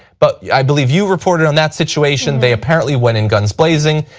but i believe you reported on that situation, they apparently went in guns blazing,